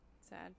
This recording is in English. Sad